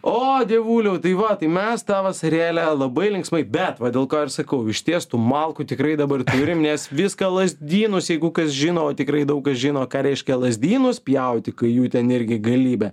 o dievuliau tai va tai mes tą vasarėlę labai linksmai bet va dėl ko ir sakau išties tų malkų tikrai dabar turim nes viską lazdynus jeigu kas žino o tikrai daug kas žino ką reiškia lazdynus pjauti kai jų ten irgi galybė